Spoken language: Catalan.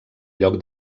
lloc